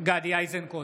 גדי איזנקוט,